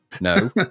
No